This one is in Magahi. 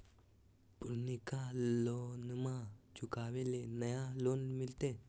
पुर्नका लोनमा चुकाबे ले नया लोन मिलते?